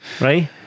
Right